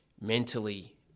mentally